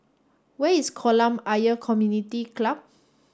where is Kolam Ayer Community Club